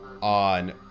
on